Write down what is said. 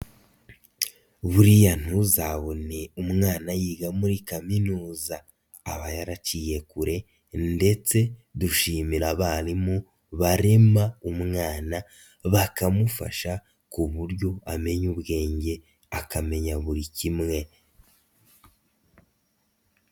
Buriya ntuzabone umwana yiga muri kaminuza, aba yaraciye kure ndetse dushimira abarimu barema umwana bakamufasha ku buryo amenya ubwenge akamenya buri kimwe.